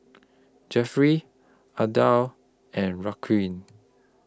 Jeffrey Adah and Raquel